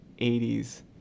80s